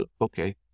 okay